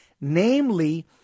Namely